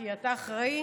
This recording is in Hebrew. כי אתה אחראי,